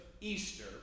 Easter